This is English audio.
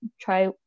try